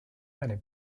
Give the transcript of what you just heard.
many